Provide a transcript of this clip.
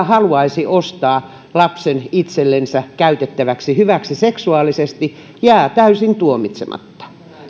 haluaisi ostaa lapsen itsellensä käytettäväksi hyväksi seksuaalisesti jää täysin tuomitsematta